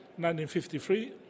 1953